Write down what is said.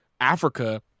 africa